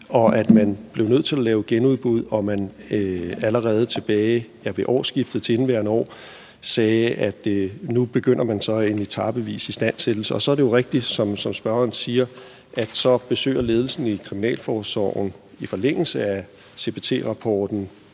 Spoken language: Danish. man blev nødt til at lave et genudbud, og allerede tilbage ved årsskiftet til indeværende år sagde man, at nu begynder man så en etapevis istandsættelse. Det er jo rigtigt, som spørgeren siger, at så besøger ledelsen i Kriminalforsorgen i forlængelse af CPT-rapporten